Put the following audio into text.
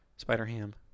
Spider-Ham